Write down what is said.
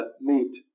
meet